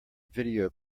video